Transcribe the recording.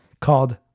called